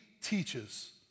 teaches